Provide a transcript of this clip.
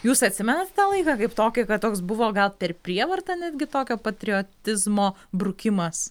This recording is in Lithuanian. jūs atsimenat tą laiką kaip tokį kad toks buvo gal per prievartą netgi tokio patriotizmo brukimas